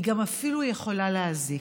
היא גם אפילו יכולה להזיק.